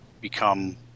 become